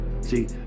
See